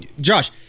Josh